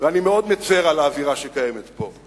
ואני מאוד מצר על האווירה שקיימת פה.